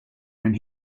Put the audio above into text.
when